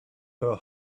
her